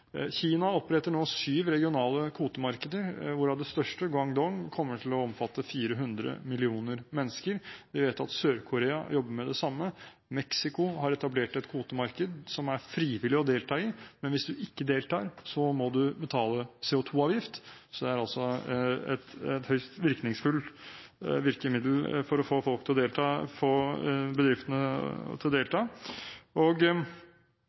Kina oppretter nå syv regionale kvotemarkeder, hvorav det største, Guangdong, kommer til å omfatte 400 millioner mennesker. Vi vet at Sør-Korea jobber med det samme. Mexico har etablert et kvotemarked som er frivillig å delta i, men hvis en ikke deltar, må en betale CO2-avgift. Det er et høyst virkningsfullt virkemiddel for å få bedriftene til å delta. Vi vet at Quebec og California allerede har denne type mekanismer på plass, og